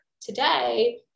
today